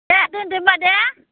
दे दोन्दो होमबा दे